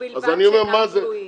ובלבד שאינם גלויים.